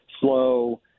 slow